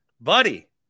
buddy